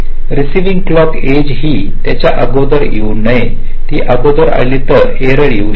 receiving clock edge ही याच्या अगोदर येऊ नये ती अगोदर आली तर एरर येऊ शकते